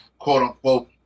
quote-unquote